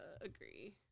agree